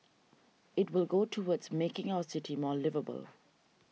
it will go towards making our city more liveable